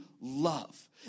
love